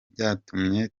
byatumye